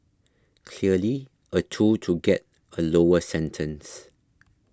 clearly a tool to get a lower sentence